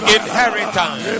inheritance